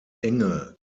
enge